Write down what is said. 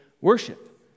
worship